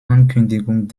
ankündigung